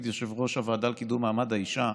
יושב-ראש הוועדה לקידום מעמד האישה,